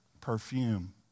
perfume